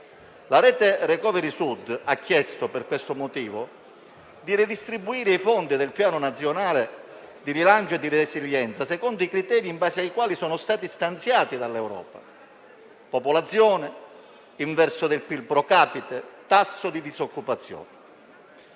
La rete *recovery* Sud ha chiesto, per questo motivo, di redistribuire i fondi del Piano nazionale di ripresa e resilienza secondo i criteri in base ai quali sono stati stanziati dall'Europa: popolazione, PIL *pro capite*, tasso di disoccupazione.